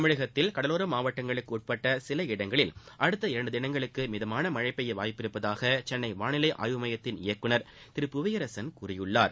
தமிழகத்தின் கடலோர மாவட்டங்களுக்கு உட்பட்ட சில இடங்களில் அடுத்த இரு தினங்களுக்கு மிதமாள மழை பெய்ய வாய்ப்புள்ளதாக சென்னை வானிலை ஆய்வு மையத்தின் இயக்குனர் திரு புவியரசன் கூறியுள்ளார்